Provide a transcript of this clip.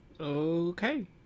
Okay